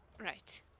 Right